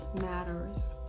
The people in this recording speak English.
matters